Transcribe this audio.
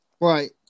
right